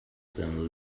them